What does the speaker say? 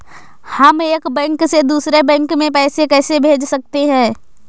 हम एक बैंक से दूसरे बैंक में पैसे कैसे भेज सकते हैं?